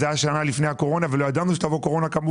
זה היה שנה אחת לפני הקורונה וכמובן לא ידענו שהיא תבוא ובאמת